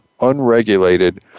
unregulated